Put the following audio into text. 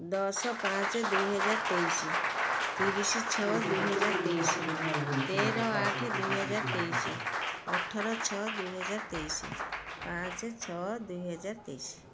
ଦଶ ପାଞ୍ଚ ଦୁଇ ହଜାର ତେଇଶି ତିରିଶ ଛଅ ଦୁଇ ହଜାର ତେଇଶି ତେର ଆଠ ଦୁଇ ହଜାର ତେଇଶି ଅଠର ଛଅ ଦୁଇ ହଜାର ତେଇଶି ପାଞ୍ଚ ଛଅ ଦୁଇ ହଜାର ତେଇଶି